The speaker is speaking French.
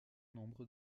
nombre